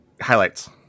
Highlights